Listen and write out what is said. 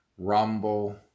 rumble